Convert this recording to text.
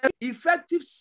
Effective